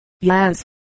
Yes